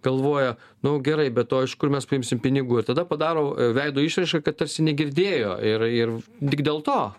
galvoja nu gerai bet o iš kur mes paimsim pinigų ir tada padaro veido išraišką kad tarsi negirdėjo ir ir tik dėl to